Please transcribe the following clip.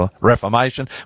Reformation